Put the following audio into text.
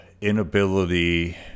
inability